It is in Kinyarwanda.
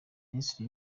minisiteri